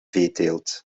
veeteelt